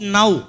now